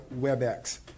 WebEx